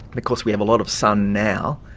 but course, we have a lot of sun now,